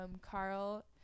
Carl